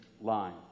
line